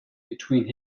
between